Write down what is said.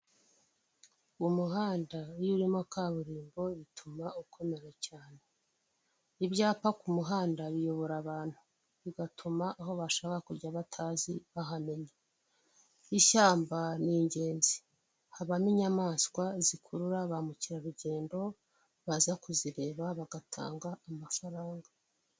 Umuhanda iyo urimo kaburimbo bituma ukomera cyane, ibyapa ku muhanda biyobora abantu bigatuma aho bashaka kujya batazi bahamenya, ishyamba ni ingenzi habamo inyamaswa zikurura ba mukerarugendo baza kuzireba bagatanga amafaranga.